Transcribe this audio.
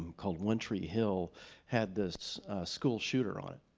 called one tree hill had this school shooter on it.